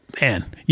man